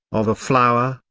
of a flower,